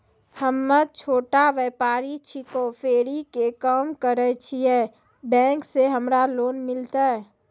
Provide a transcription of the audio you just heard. हम्मे छोटा व्यपारी छिकौं, फेरी के काम करे छियै, बैंक से हमरा लोन मिलतै?